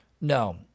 No